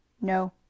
No